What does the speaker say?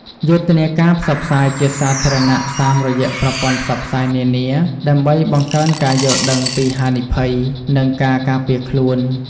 យុទ្ធនាការផ្សព្វផ្សាយជាសាធារណៈតាមរយៈប្រព័ន្ធផ្សព្វផ្សាយនានា ដើម្បីបង្កើនការយល់ដឹងពីហានិភ័យ និងការការពារខ្លួន។